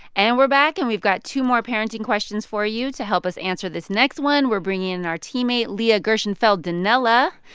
and we're back. and we've got two more parenting questions for you. to help us answer this next one, we're bringing in our teammate, leah gershenfeld donnella.